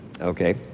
Okay